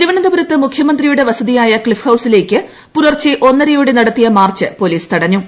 തിരുവനന്തപുരത്ത് മുഖ്യമന്ത്രിയുടെ വസതിയായ ക്ലിഫ് ഹൌസിലേയ്ക്ക് പൂലർച്ചെ ഒന്നരയോടെ നടത്തിയ മാർച്ച് പോലീസ് തടഞ്ഞു